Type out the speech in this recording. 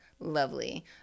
Lovely